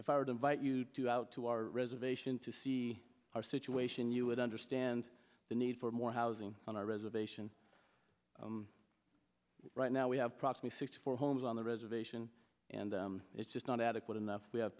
if i were to invite you to out to our reservation to see our situation you would understand the need for more housing on our reservation right now we have probably sixty four homes on the reservation and it's just not adequate enough we have